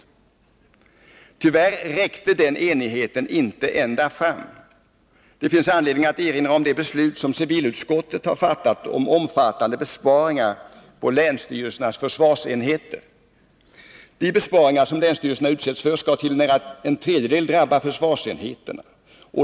Men tyvärr räckte den enigheten inte ända fram. Det finns anledning att erinra om det beslut som civilutskottet har fattat om omfattande besparingar på länsstyrelsernas försvarsenheter. De besparingar som länsstyrelserna utsätts för skall till nära en tredjedel drabba försvarsenheterna.